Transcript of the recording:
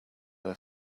her